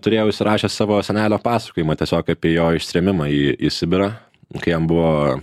turėjau įsirašęs savo senelio pasakojimą tiesiog apie jo ištrėmimą į į sibirą kai jam buvo